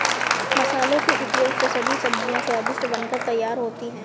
मसालों के उपयोग से सभी सब्जियां स्वादिष्ट बनकर तैयार होती हैं